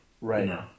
Right